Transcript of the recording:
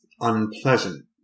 unpleasant